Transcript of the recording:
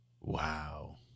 Wow